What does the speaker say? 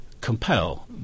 compel